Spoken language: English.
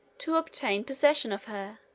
to obtain possession of her,